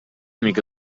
mica